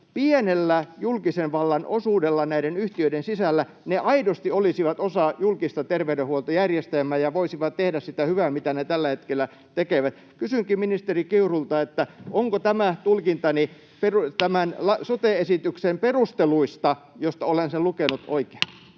pienellä julkisen vallan osuudella näiden yhtiöiden sisällä ne aidosti olisivat osa julkista terveydenhuoltojärjestelmää ja voisivat tehdä sitä hyvää, mitä ne tällä hetkellä tekevät. Kysynkin ministeri Kiurulta: onko tämä tulkintani tämän sote-esityksen perusteluista, joista olen sen lukenut,